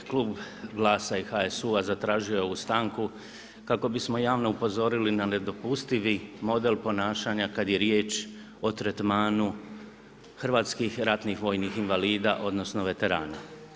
Klub GLAS-a i HSU-a zatražio je ovu stanku kako bismo javno upozorili na nedopustivi model ponašanja kada je riječ o tretmanu hrvatskih ratnih vojnih invalida odnosno veterana.